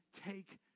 take